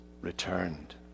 returned